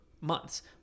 months